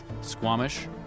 Squamish